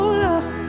love